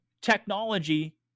technology